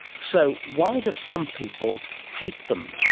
so why do some people hate them?